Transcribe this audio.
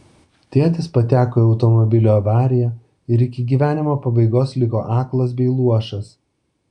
tėtis pateko į automobilio avariją ir iki gyvenimo pabaigos liko aklas bei luošas